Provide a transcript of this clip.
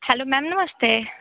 hello ma'am namaste